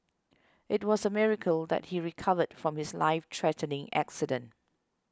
it was a miracle that he recovered from his life threatening accident